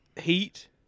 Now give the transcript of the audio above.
heat